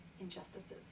injustices